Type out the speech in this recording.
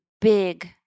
big